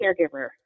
caregiver